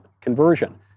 conversion